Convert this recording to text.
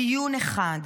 דיון אחד,